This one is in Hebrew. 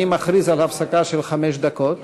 אני מכריז על הפסקה של חמש דקות.